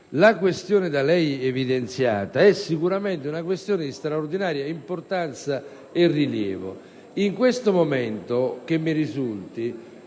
la questione da lei evidenziata è sicuramente di straordinaria importanza e rilievo. In questo momento, a quanto mi risulta,